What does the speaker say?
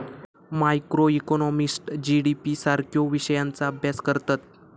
macroeconomist GDP सारख्यो विषयांचा अभ्यास करतत